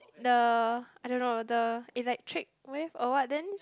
the I don't know the electric wave or what then